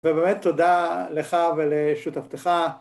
ובאמת תודה לך ולשותפתך